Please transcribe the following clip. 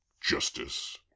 Justice